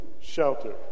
shelter